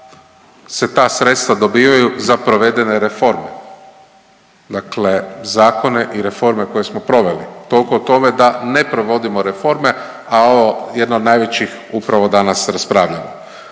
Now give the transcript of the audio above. se ta sredstva dobijaju za provedene reforme, dakle zakone i reforme koje smo proveli. Toliko o tome da ne provodimo reforme, a ovo jedna od najvećih upravo danas raspravljamo.